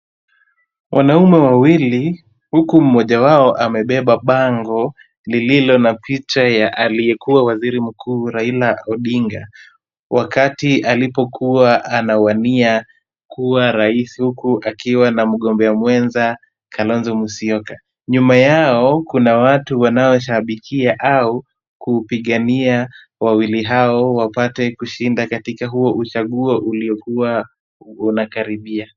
Wanaume wawili huku mmoja wao amebeba bango lililo na picha ya aliyekuwa waziri mkuu Raila Odinga, wakati alipokuwa anawania kuwa rais huku akiwa na mgombea mwenza Kalonzo Musyoka. Nyuma yao kuna watu wanaoshabikia au kupigania wawili hao wapate kushinda katika uchaguzi huo uliokuwa unakaribia.